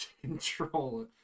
control